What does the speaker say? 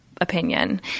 opinion